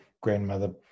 grandmother